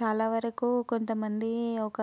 చాలా వరకు కొంత మంది ఒక